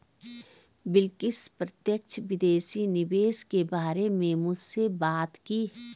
बिलकिश प्रत्यक्ष विदेशी निवेश के बारे में मुझसे बात की